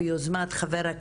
ביוזמת חה"כ